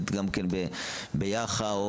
גם כן ביח"ה (היחידה לחקירות הונאה,